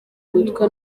witwa